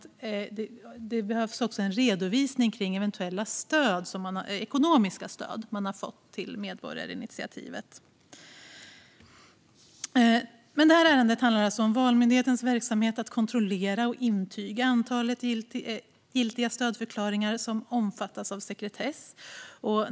Det behövs också en redovisning av eventuella ekonomiska stöd som man har fått till medborgarinitiativet. Detta ärende handlar alltså om Valmyndighetens verksamhet att kontrollera och intyga antalet giltiga stödförklaringar som omfattas av sekretess.